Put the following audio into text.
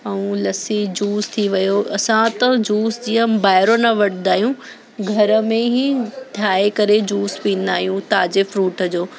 ऐं लसी जूस थी वियो असां त जूस जीअं बाहिरियों न वठंदा आहियूं घर में ई ठाहे करे जूस पींदा आहियूं ताज़े फ्रूट जो